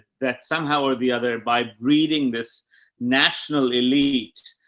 that somehow or the other, by breeding this national elite,